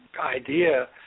idea